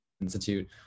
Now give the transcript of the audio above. institute